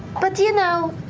but you know,